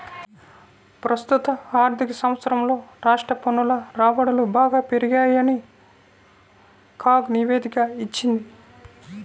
ప్రస్తుత ఆర్థిక సంవత్సరంలో రాష్ట్ర పన్నుల రాబడులు బాగా పెరిగాయని కాగ్ నివేదిక ఇచ్చింది